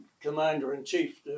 commander-in-chief